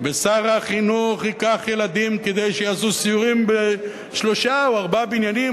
ושר החינוך ייקח ילדים כדי שיעשו סיורים בשלושה או ארבעה בניינים,